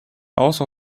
also